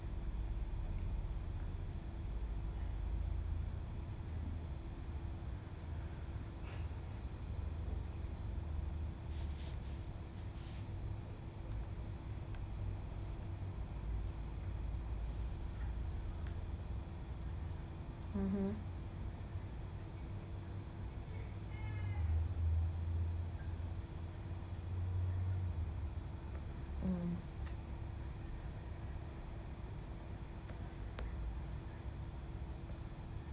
mmhmm mm